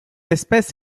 espèce